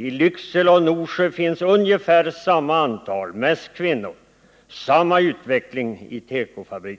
I Lycksele och Norsjö finns det ungefär samma antal anställda, mest kvinnor, i tekofabrikerna. Utvecklingen är också densamma.